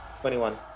Twenty-one